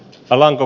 alanko